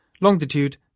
longitude